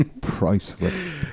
Priceless